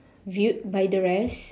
viewed by the rest